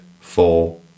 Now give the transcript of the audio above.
four